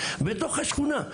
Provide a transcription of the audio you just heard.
בתוך השכונה,